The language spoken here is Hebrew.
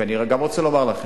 ואני גם רוצה להגיד לכם,